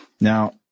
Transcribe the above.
now